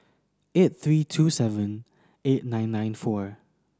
eight three two seven eight nine nine four